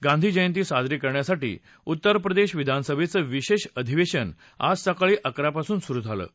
गांधी जयंती साजरी करण्यासाठी उत्तर प्रदेश विधानसभेचं विशेष अधिवेशन आज सकाळी अकरापासून सुरू झालं आहे